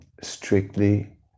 strictly